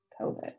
COVID